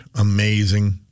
amazing